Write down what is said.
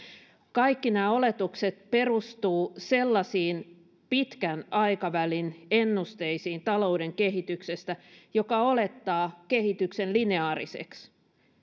kaikki nämä oletukset perustuvat sellaisiin pitkän aikavälin ennusteisiin talouden kehityksestä jotka olettavat kehityksen lineaariseksi